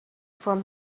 from